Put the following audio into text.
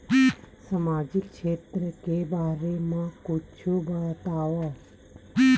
सामजिक क्षेत्र के बारे मा कुछु बतावव?